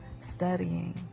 studying